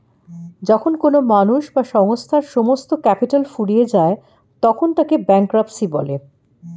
যখন কোনো মানুষ বা সংস্থার সমস্ত ক্যাপিটাল ফুরিয়ে যায় তখন তাকে ব্যাঙ্করাপ্সি বলে